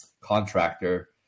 contractor